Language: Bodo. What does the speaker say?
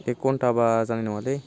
एक घन्टाबा जानाय नङालै